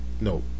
No